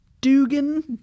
dugan